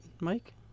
Mike